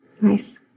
Nice